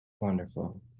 Wonderful